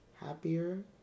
happier